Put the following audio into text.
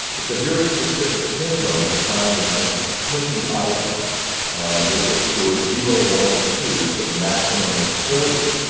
it's a very specific syndrome defined in terms of twenty items that get scored zero, one or two, so the maximum is forty,